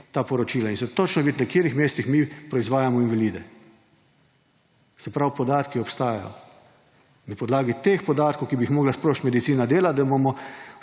ta poročila. In se točno vidi, na katerih mestih mi proizvajamo invalide. Se pravi, podatki obstajajo. Na podlagi teh podatkov, ki bi jih morala sprožiti medicina dela, da ima